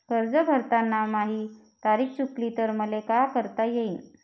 कर्ज भरताना माही तारीख चुकली तर मले का करता येईन?